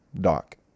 doc